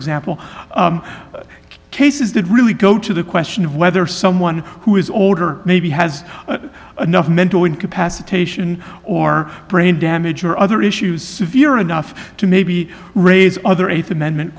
example cases that really go to the question of whether someone who is older maybe has enough mental incapacitation or brain damage or other issues severe enough to maybe raise other eighth amendment